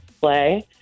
Play